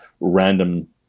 random